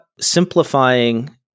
simplifying